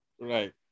Right